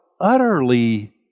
utterly